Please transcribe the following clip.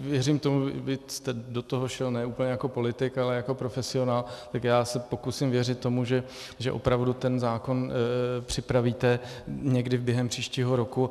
Věřím tomu, byť jste do toho šel ne úplně jako politik, ale jako profesionál, tak se pokusím věřit tomu, že opravdu ten zákon připravíte někdy během příštího roku.